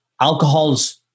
alcohol's